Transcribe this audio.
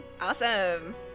Awesome